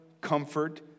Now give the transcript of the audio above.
comfort